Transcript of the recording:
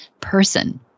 person